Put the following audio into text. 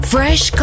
Fresh